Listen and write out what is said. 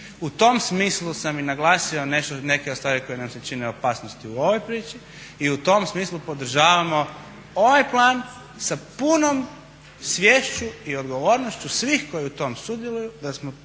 U tom smislu sam i naglasio neke od stvari koje nam se čine opasnosti u ovoj priči i u tom smislu podržavamo ovaj plan sa punom sviješću i odgovornošću svih koji u tom sudjeluju, da smo